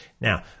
Now